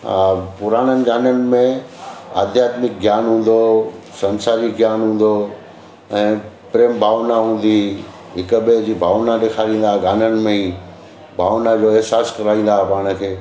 हा पुराणनि गाननि में अध्यात्मिक ज्ञान हूंदो हुओ संसारिक ज्ञान हूंदो हुओ ऐं प्रेम भावना हूंदी हुई हिकु ॿिए जी भावना ॾेखारींदा आहे गाननि में ई भावना जो अहसासु कराईंदा पाण खे